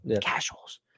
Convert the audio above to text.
casuals